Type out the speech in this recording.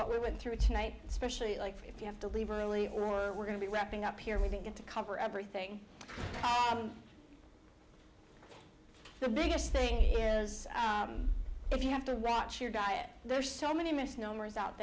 what we went through tonight especially like if you have to leave early or we're going to be wrapping up here we didn't get to cover everything the biggest thing is if you have to raj your diet there are so many misnomers out